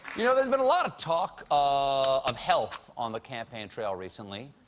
you know, there's been a lot of talk of health on the campaign trail recently,